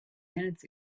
minutes